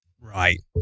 Right